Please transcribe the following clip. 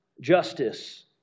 justice